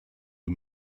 who